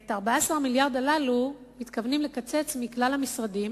ואת 14 המיליארד הללו מתכוונים לקצץ מכלל המשרדים.